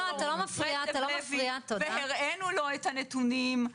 לוי הראינו לו את הנתונים.